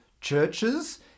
churches